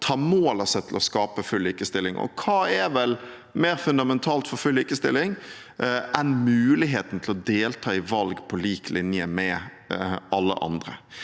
som tar mål av seg til å skape full likestilling. Hva er vel mer fundamentalt for full likestilling enn muligheten til å delta i valg på lik linje med alle andre?